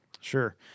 sure